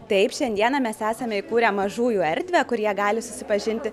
taip šiandieną mes esame įkūrę mažųjų erdvę kur jie gali susipažinti